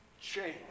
change